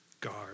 guard